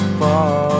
far